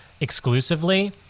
exclusively